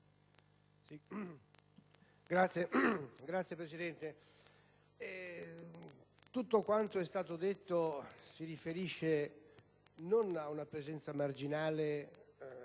Signor Presidente, tutto quanto è stato detto si riferisce non a una presenza marginale